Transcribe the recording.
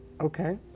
Okay